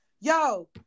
yo